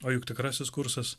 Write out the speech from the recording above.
o juk tikrasis kursas